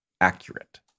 accurate